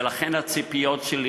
ולכן הציפיות שלי,